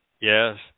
Yes